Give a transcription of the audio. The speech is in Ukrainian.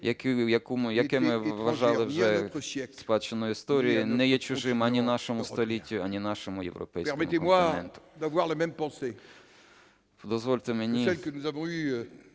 яке ми вважали вже спадщиною історії, не є чужим ані нашому століттю, ані нашому європейському континенту. Дозвольте мені